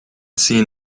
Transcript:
seen